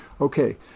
Okay